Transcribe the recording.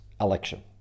election